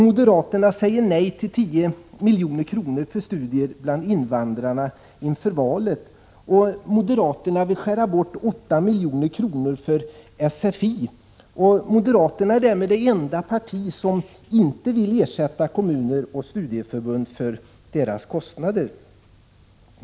Moderaterna säger nej till 10 milj.kr. för studier bland invandrarna inför valet. Moderaterna vill skära bort 8 miljoner för SFI. Moderaterna är därmed det enda parti som inte vill ersätta kommuner och studieförbund för deras kostnader.